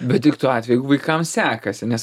bet tik tuo atveju jeigu vaikams sekasi nes